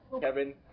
Kevin